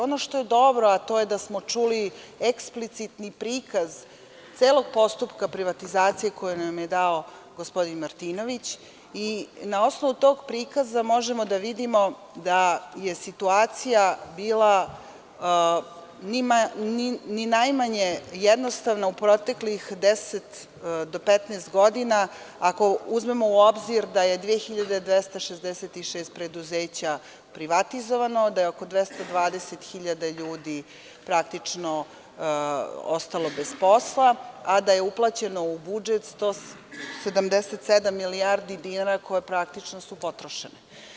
Ono što je dobro, a to je da smo čuli eksplicitni prikaz celog postupka privatizacije koju nam je dao gospodin Martinović i na osnovu tog prikaza možemo da vidimo da je situacija bila ni najmanje jednostavna u proteklih 10 do 15 godina, ako uzmemo u obzir da je 2.266 preduzeća privatizovano, da je oko 220.000 ljudi praktično ostalo bez posla, a da je uplaćeno u budžet 177 milijardi dinara koje su praktično potrošene.